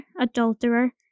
adulterer